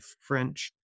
French